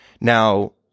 Now